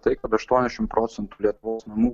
tai kad aštuoniasdešimt procentų lietuvos namų